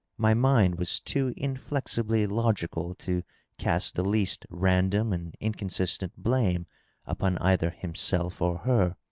my mind was too inflexibly logical to cast the least random and inconsistent blame upon either himself or her.